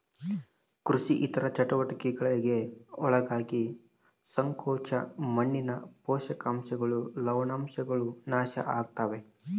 ಕೃಷಿ ಇತರ ಚಟುವಟಿಕೆಗುಳ್ಗೆ ಒಳಗಾಗಿ ಸಂಕೋಚ ಮಣ್ಣಿನ ಪೋಷಕಾಂಶಗಳು ಲವಣಾಂಶಗಳು ನಾಶ ಆಗುತ್ತವೆ